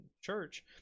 church